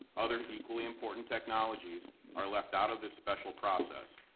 other equally important technologies are left out of the special process.